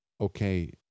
okay